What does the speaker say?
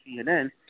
CNN